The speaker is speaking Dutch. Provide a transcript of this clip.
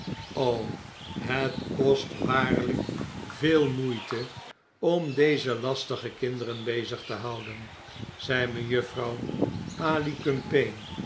het kost waarlyk veel moeite om deze lastige kinderen bezig te houden zei mejuffrouw